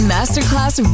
Masterclass